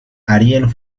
ariel